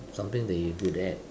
something that you good at